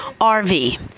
RV